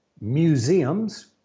museums